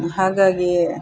ಹಾಗಾಗಿ